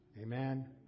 Amen